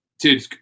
dude